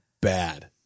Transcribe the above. bad